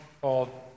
called